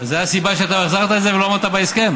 זו הסיבה שאתה החזרת את זה ולא עמדת בהסכם?